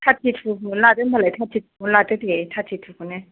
तारति थु खौनो लादो होनबालाय तारति थुखौनो लादो दे तारतिथुखौनो